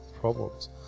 problems